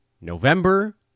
November